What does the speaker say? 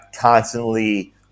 constantly